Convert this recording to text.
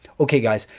okay guys,